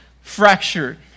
fractured